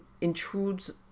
intrudes